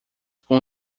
com